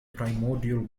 primordial